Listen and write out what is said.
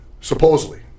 Supposedly